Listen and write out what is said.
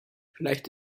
vielleicht